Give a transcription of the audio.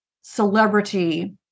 celebrity